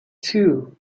two